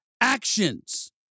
actions